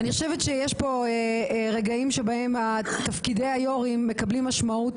אני חושבת שיש פה רגעים שבהם תפקידי היו"רים מקבלים משמעות